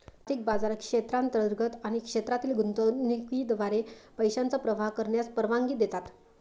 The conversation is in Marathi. आर्थिक बाजार क्षेत्रांतर्गत आणि क्षेत्रातील गुंतवणुकीद्वारे पैशांचा प्रवाह करण्यास परवानगी देतात